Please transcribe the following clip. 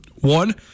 One